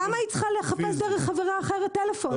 למה היא צריכה לחפש דרך חברה אחרת טלפון?